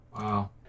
Wow